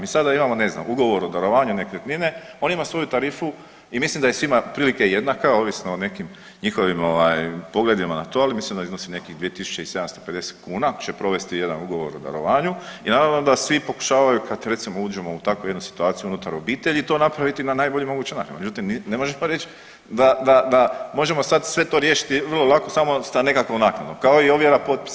Mi sada imamo ne znam, ugovor o darovanju nekretnine, on ima svoju tarifu i mislim da je svima otprilike jednaka ovisno o nekim njihovim pogledima na to, ali mislim da iznosi nekih 2.750 kuna ako će provesti jedan ugovor o darovanju i naravno onda svi pokušavaju kad recimo uđemo u takvu jednu situaciju unutar obitelji to napraviti na najbolji mogući način, međutim ne možemo reć da možemo sad sve to riješiti vrlo lako samo sa nekakvom naknadom, kao i ovjera potpisa.